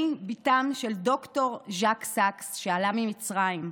אני בתם של ד"ר ז'ק סאקס, שעלה ממצרים,